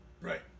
Right